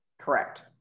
correct